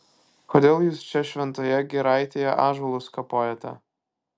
kodėl jūs čia šventoje giraitėje ąžuolus kapojate